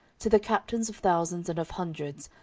to the captains of thousands and of hundreds,